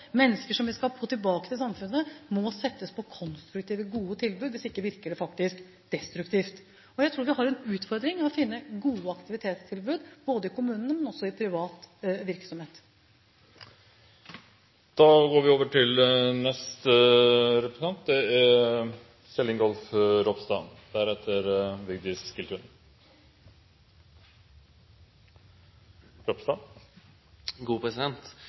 mennesker som vi skal få tilbake til samfunnet, må settes på konstruktive, gode tilbud; hvis ikke virker det faktisk destruktivt. Og jeg tror vi har en utfordring når det gjelder å finne gode aktivitetstilbud ikke bare i kommunene, men også i privat virksomhet. Først vil jeg bare si at jeg er veldig enig med statsråden i det svaret hun ga nå. Det som er